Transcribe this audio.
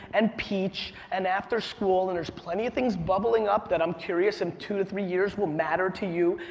and peach, and after school, and there's plenty of things bubbling up that i'm curious, in two to three years will matter to you,